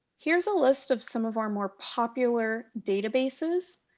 here's a list of some of our more popular databases,